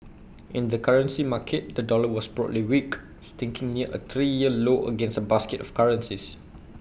in the currency market the dollar was broadly weak sticking near A three year low against A basket of currencies